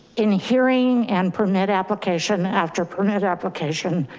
in hearing and permit application after permit, application